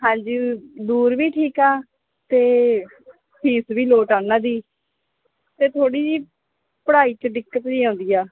ਹਾਂਜੀ ਦੂਰ ਵੀ ਠੀਕ ਆ ਅਤੇ ਫੀਸ ਵੀ ਲੋਟ ਆ ਉਹਨਾਂ ਦੀ ਅਤੇ ਥੋੜ੍ਹੀ ਜਿਹੀ ਪੜ੍ਹਾਈ 'ਚ ਦਿੱਕਤ ਜਿਹੀ ਆਉਂਦੀ ਆ